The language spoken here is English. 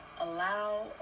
allow